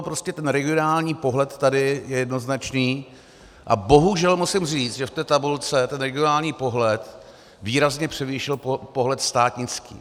Prostě ten regionální pohled tady je jednoznačný a bohužel musím říct, že v té tabulce regionální pohled výrazně převýšil pohled státnický.